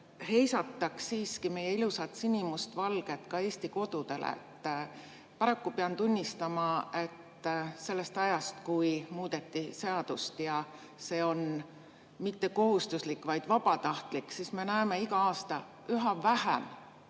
heisataks siiski meie ilusat sinimustvalget Eesti kodudele? Paraku pean tunnistama, et sellest ajast, kui muudeti seadust ja see pole kohustuslik, vaid on vabatahtlik, me näeme iga aasta üha vähem